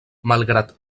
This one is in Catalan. malgrat